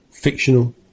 fictional